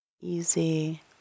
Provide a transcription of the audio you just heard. Easy